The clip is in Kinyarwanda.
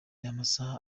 amasaha